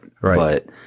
right